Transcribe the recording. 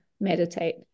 meditate